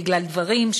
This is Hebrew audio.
כי דברים,